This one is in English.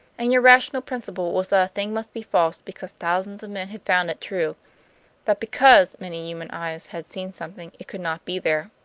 and your rational principle was that a thing must be false because thousands of men had found it true that because many human eyes had seen something it could not be there.